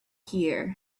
here